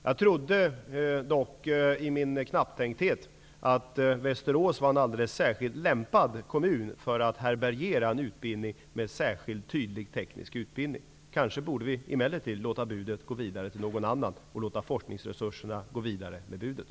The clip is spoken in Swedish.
Jag trodde dock i min knapptänkthet att Västerås var en alldeles särskilt lämpad kommun för att härbärgera en utbildning med speciellt tydlig teknisk profil. Men kanske borde vi låta budet gå vidare till någon annan kommun och låta forskningsresurserna gå vidare med budet.